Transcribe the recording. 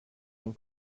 and